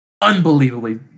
Unbelievably